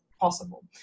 possible